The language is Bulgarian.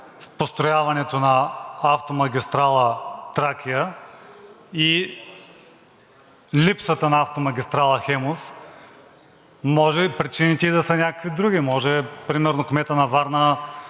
в построяването на автомагистрала „Тракия“ и липсата на автомагистрала „Хемус“, може причините да са някакви други, може примерно кметът на Варна